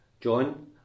John